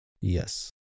Yes